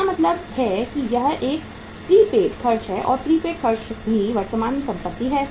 इसका मतलब है कि यह एक प्रीपेड खर्च है और प्रीपेड खर्च भी वर्तमान संपत्ति है